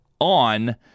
on